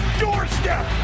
doorstep